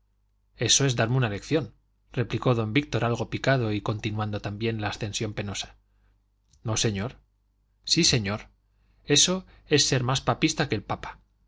eso es darme una lección replicó don víctor algo picado y continuando también la ascensión penosa no señor sí señor eso es ser más papista que el papa